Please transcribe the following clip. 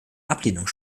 ablehnung